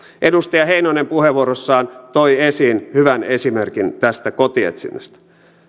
edustaja heinonen puheenvuorossaan toi esiin hyvän esimerkin tästä kotietsinnästä